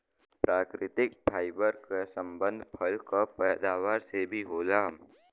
प्राकृतिक फाइबर क संबंध फल क पैदावार से भी होला